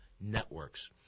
networks